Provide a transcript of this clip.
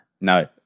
No